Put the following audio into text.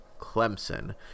Clemson